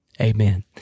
Amen